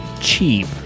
cheap